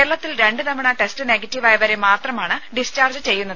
കേരളത്തിൽ രണ്ട് തവണ ടെസ്റ്റ് നെഗറ്റീവായവരെ മാത്രമാണ് ഡിസ്ചാർജ്ജ് ചെയ്യുന്നത്